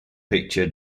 picture